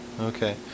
Okay